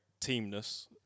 teamness